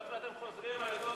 אם הייתי מרגיש עד כדי כך מאוים,